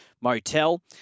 motel